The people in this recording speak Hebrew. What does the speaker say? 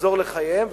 לחזור לחייהם,